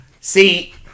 see